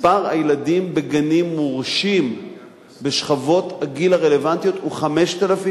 מספר הילדים בגנים מורשים בשכבות הגיל הרלוונטיות הוא 5,000